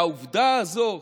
העובדה הזאת,